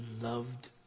loved